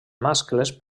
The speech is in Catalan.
mascles